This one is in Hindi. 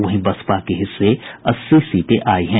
वहीं बसपा के हिस्से अस्सी सीटें आई हैं